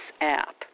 app